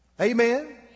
Amen